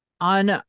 on